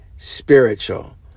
spiritual